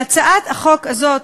בהצעת החוק הזאת,